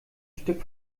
stück